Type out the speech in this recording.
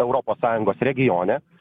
europos sąjungos regione